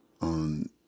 on